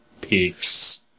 peaks